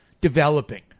developing